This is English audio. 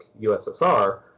USSR